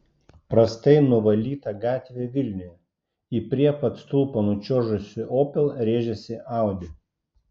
prastai nuvalyta gatvė vilniuje į prie pat stulpo nučiuožusį opel rėžėsi audi